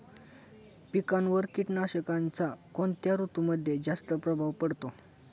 पिकांवर कीटकनाशकांचा कोणत्या ऋतूमध्ये जास्त प्रभाव पडतो?